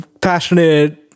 passionate